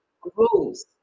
grows